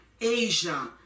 Asia